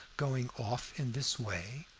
going off in this way?